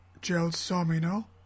Gelsomino